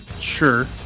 Sure